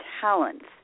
talents